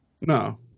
no